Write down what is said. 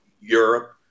Europe